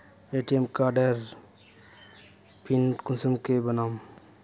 ATM कार्डेर pin कुंसम के बनाम?